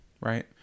right